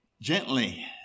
gently